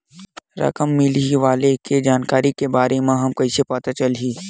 रकम मिलही वाले के जानकारी के बारे मा कइसे पता चलही?